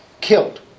killed